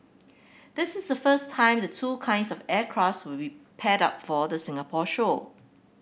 this is the first time the two kinds of will be paired for the Singapore show